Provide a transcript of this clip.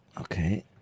Okay